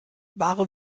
ware